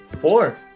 Four